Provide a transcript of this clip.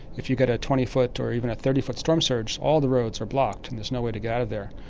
if you get a twenty foot and even a thirty foot storm surge all the roads are blocked and there's no way to get out of there.